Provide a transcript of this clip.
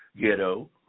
ghetto